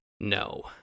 no